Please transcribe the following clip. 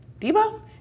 Debo